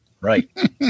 Right